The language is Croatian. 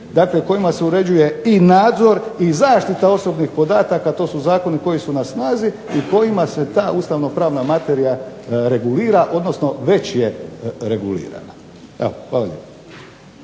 kojima se uređuje i nadzor i zaštita osobnih podataka to su zakoni koji su na snazi i kojima se ta ustavno pravna materija regulira odnosno već je regulirana. Hvala